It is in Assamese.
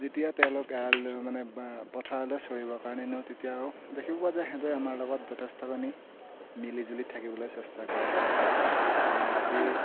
যেতিয়া তেওঁলোকক এৰাল দিওঁ মানে পথাৰলৈ চৰিবৰ কাৰণে নিওঁ তেতিয়াও দেখি পোৱা যায় যে সিহঁতে আমাৰ লগত যথেষ্টখিনি মিলি জুলি থাকিবলৈ চেষ্টা কৰে সিহঁতেও ৰাতি